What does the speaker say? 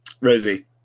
Rosie